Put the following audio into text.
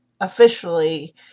officially